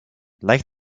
like